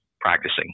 practicing